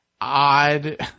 odd